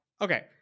okay